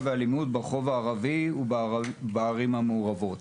והאלימות ברחוב הערבי ובערים המעורבות,